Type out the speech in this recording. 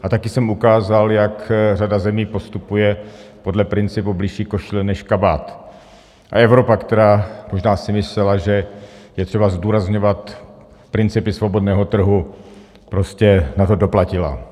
A taky jsem ukázal, jak řada zemí postupuje podle principu bližší košile než kabát, a Evropa, která si možná myslela, že je třeba zdůrazňovat principy svobodného trhu, prostě na to doplatila.